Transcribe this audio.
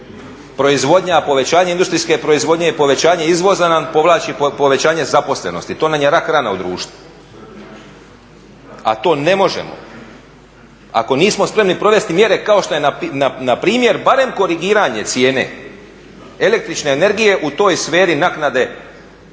Proizvodnja, povećanje industrijske proizvodnje, povećanje izvoza nam povlači povećanje zaposlenosti. To nam je rak-rana u društvu. A to ne možemo ako nismo spremni provesti mjere kao što je npr. barem korigiranje cijene električne energije u toj sferi naknade